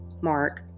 Mark